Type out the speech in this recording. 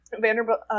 Vanderbilt